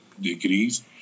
degrees